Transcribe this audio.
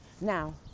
Now